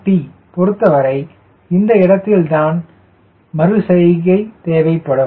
Cm0tபொருத்தவரை இந்த இடத்தில்தான் மறு செய்கை தேவைப்படும்